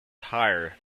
higher